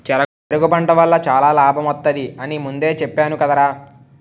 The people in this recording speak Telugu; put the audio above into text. చెరకు పంట వల్ల చాలా లాభమొత్తది అని ముందే చెప్పేను కదరా?